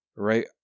Right